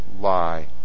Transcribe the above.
lie